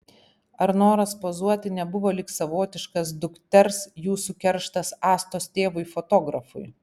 ar noras pozuoti nebuvo lyg savotiškas dukters jūsų kerštas astos tėvui fotografui